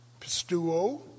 Pistuo